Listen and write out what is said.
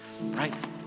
right